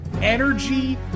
energy